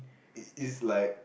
it it's like